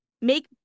make